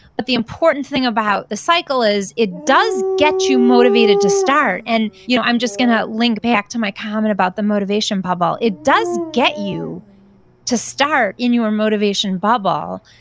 but the important thing about the cycle is it does get you motivated to start. and you know i'm just going to link back to my comment about the motivation bubble, it does get you to start in your motivation bubble,